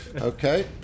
Okay